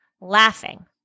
laughing